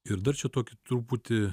ir dar čia tokį truputį